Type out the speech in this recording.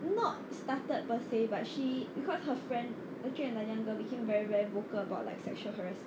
not started per se but she because her friend working at nanyang became very very vocal about like sexual harasser